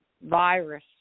virus